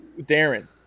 Darren